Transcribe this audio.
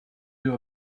you